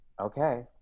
okay